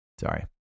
Sorry